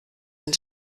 wenn